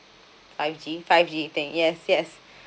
five G five G thing yes yes